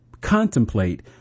Contemplate